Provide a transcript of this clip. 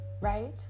right